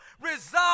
resolve